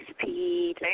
speed